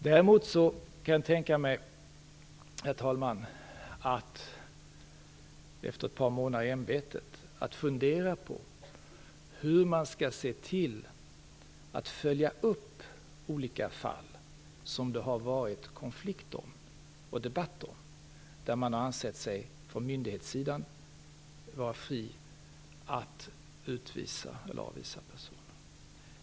Däremot, herr talman, kan jag efter ett par månader i ämbetet tänka mig att fundera på hur man skall se till att följa upp olika fall som det har varit konflikt och debatt om och där myndigheterna har ansett sig vara fria att avvisa personen.